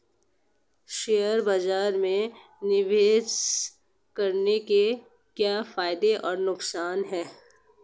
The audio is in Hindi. शेयर बाज़ार में निवेश करने के क्या फायदे और नुकसान हैं?